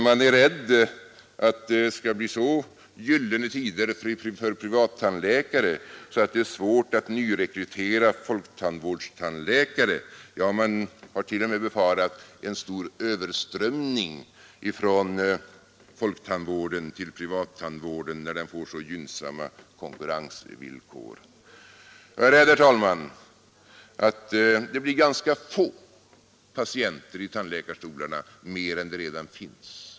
Man är rädd att det skall bli så gyllene tider för privattandläkare att det är svårt att nyrekrytera folktandvårdstandläkare — ja, man har t.o.m. befarat en stor överströmning från folktandvården till privattandvården, när denna får så gynnsamma konkurrensvillkor. Jag är rädd, herr talman, att det blir ganska få patienter i tandläkarstolarna mer än det redan finns.